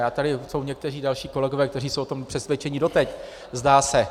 A tady jsou někteří další kolegové, kteří jsou o tom přesvědčeni doteď, zdá se.